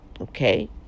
Okay